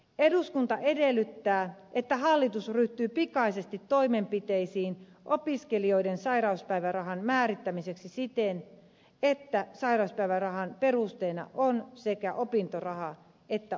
eduskunta edellyttää että hallitus ryhtyy pikaisesti toimenpiteisiin opiskelijoiden sairauspäivärahan määrittelemiseksi niin että sairauspäivärahan perusteena on sekä opintoraha että opiskelijan työtulo